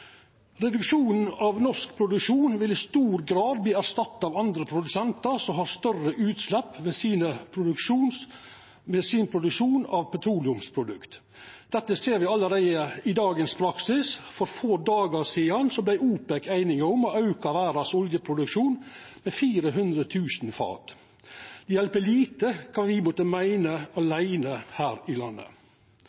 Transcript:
Reduksjonen av den norske produksjonen vil i stor grad verta erstatta av andre produsentar som har større utslepp frå produksjonen sin av petroleumsprodukt. Dette ser me allereie i dagens praksis. For få dagar sidan vart OPEC einige om å auka oljeproduksjonen i verda med 400 000 fat. Det hjelper lite kva